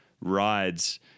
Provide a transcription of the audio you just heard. rides